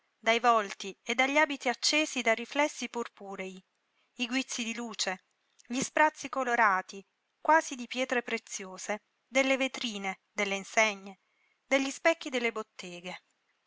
dai volti e dagli abiti accesi da riflessi purpurei i guizzi di luce gli sprazzi colorati quasi di pietre preziose delle vetrine delle insegne degli specchi delle botteghe